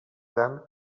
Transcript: dame